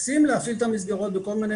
מנסים להפעיל את המסגרות בכל מיני